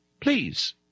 Please